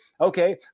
okay